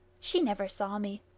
she never saw me.